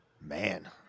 Man